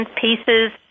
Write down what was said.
pieces